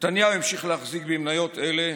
נתניהו המשיך להחזיק במניות אלה